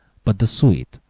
but the sweet,